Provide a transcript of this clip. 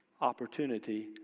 opportunity